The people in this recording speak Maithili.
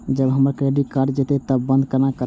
जब हमर क्रेडिट कार्ड हरा जयते तब बंद केना करब?